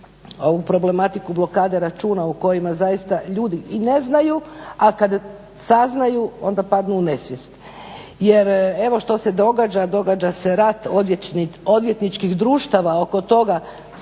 ovu problematiku blokade računa u kojima zaista ljudi i ne znaju a kad saznaju onda padnu u nesvijest. Jer evo što se događa, događa se rat odvjetničkih društava oko toga